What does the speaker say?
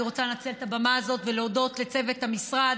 אני רוצה לנצל את הבמה הזאת ולהודות לצוות המשרד,